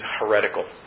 heretical